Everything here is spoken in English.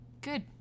good